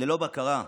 ללא בקרה.